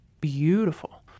beautiful